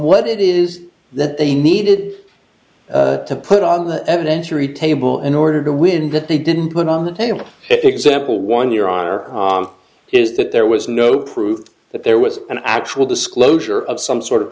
what it is that they needed to put on the evidence or read table in order to win that they didn't put on the table example one your honor is that there was no proof that there was an actual disclosure of some sort of